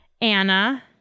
Anna